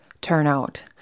turnout